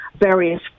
various